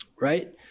right